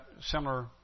similar